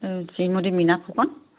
Shrimati Meena Phukan